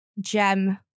gem